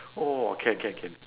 oh can can can